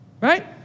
Right